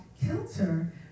kilter